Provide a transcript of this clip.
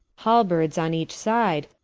halberds on each side,